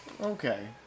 Okay